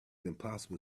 impossible